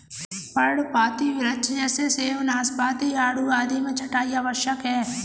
पर्णपाती वृक्ष जैसे सेब, नाशपाती, आड़ू आदि में छंटाई आवश्यक है